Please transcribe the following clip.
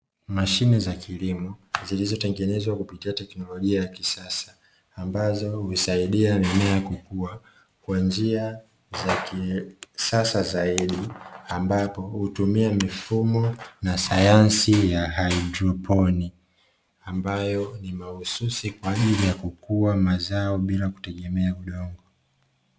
Mashine za kilimo zilizotengenezwa kupitia teknolojia ya kisasa, ambazo husaidia mimea kukua kwa njia za kisasa zaidi, ambapo hutumia mifumo na sayansi ya haidroponi, ambayo ni mahususi kwa ajili kukua mazao bila kutegemea udongo.